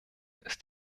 ist